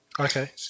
Okay